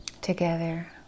together